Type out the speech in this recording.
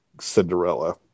Cinderella